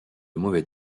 mauvais